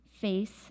face